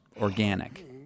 organic